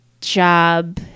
job